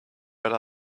right